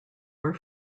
were